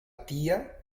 tia